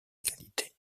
qualité